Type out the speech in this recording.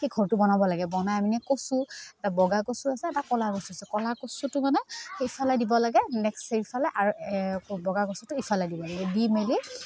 সেই ঘৰটো বনাব লাগে বনাই মানে কচু এটা বগা কচু আছে এটা ক'লা কচু আছে ক'লা কচুটো মানে সেইফালে দিব লাগে নেক্সট সেইফালে আৰু আকৌ বগা কচুটো ইফালে দিব লাগে দি মেলি